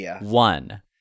one